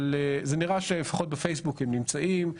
אבל זה נראה שלפחות בפייסבוק הם נמצאים,